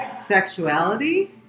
sexuality